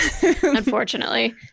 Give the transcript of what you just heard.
unfortunately